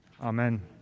Amen